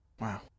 Wow